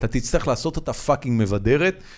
אתה תצטרך לעשות אותה פאקינג מבדרת